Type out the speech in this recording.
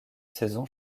saison